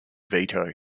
veto